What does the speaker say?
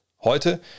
Heute